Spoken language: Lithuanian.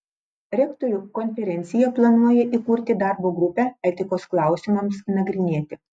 rektorių konferencija planuoja įkurti darbo grupę etikos klausimams nagrinėti